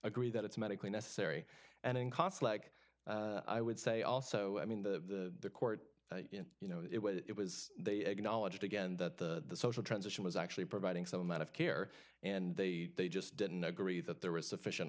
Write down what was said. agree that it's medically necessary and in cause like i would say also i mean the court you know it was they acknowledged again that the social transition was actually providing some amount of care and they they just didn't agree that there was sufficient